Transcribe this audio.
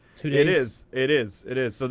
two days? it is. it is. it is. so